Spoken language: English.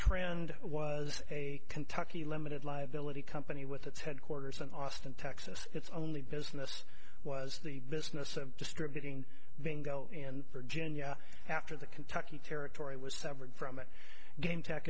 trend was a kentucky limited liability company with its headquarters in austin texas its only business was the business of distributing bingo and virginia after the kentucky territory was severed from game te